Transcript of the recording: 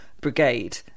brigade